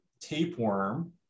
tapeworm